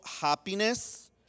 happiness